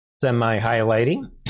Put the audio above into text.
semi-highlighting